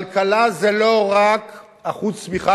כלכלה זה לא רק אחוז צמיחה,